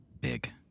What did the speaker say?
big